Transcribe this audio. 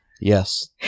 Yes